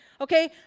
Okay